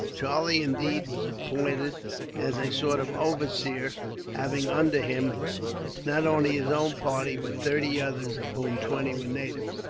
charlie, indeed, was appointed as a sort of overseer having under him not only his own party, but thirty others, of whom twenty were natives,